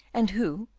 and who,